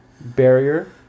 barrier